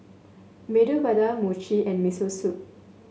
Medu Vada Mochi and Miso Soup